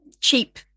cheap